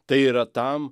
tai yra tam